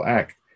act